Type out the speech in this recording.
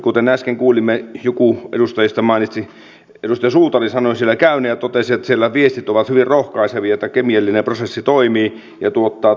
kuten äsken kuulimme edustaja suutari sanoi siellä käyneensä ja totesi että siellä viestit ovat hyvin rohkaisevia että kemiallinen prosessi toimii ja tuottaa tulosta